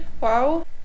Wow